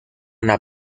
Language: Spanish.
una